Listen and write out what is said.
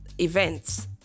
events